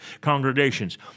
congregations